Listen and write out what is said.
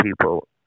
people